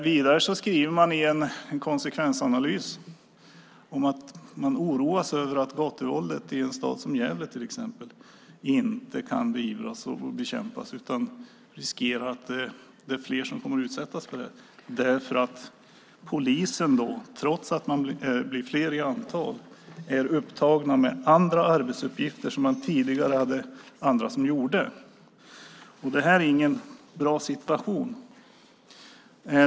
Vidare skriver man i en konsekvensanalys att man oroar sig över att gatuvåldet i en stad som till exempel Gävle inte kan beivras och bekämpas, utan man riskerar att fler kommer att utsättas för det därför att polisen, trots att man blir fler i antal, är upptagen med andra arbetsuppgifter, som man tidigare hade andra som gjorde. Det här är ingen bra situation.